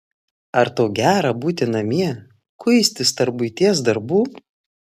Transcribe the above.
ar tau gera būti namie kuistis tarp buities darbų